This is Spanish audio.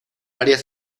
áreas